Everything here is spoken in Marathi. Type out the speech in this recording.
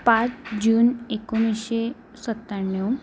पाच जून एकोणीसशे सत्त्याण्णव